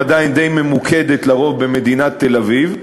עדיין די ממוקדת, על-פי רוב, במדינת תל-אביב,